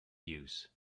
use